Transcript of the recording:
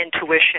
intuition